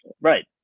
right